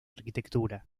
arquitectura